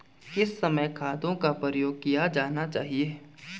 किस समय खादों का प्रयोग किया जाना चाहिए?